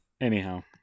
anyhow